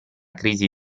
crisi